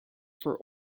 for